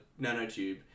nanotube